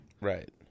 Right